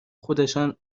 خودشان